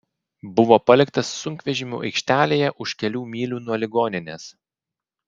buvo paliktas sunkvežimių aikštelėje už kelių mylių nuo ligoninės